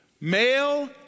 male